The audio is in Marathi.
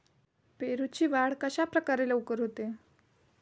पेरूची वाढ कशाप्रकारे लवकर होते?